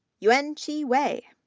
yuanchi wei.